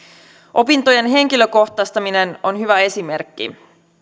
opintojen henkilökohtaistaminen on hyvä esimerkki